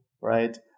right